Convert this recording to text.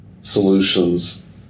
solutions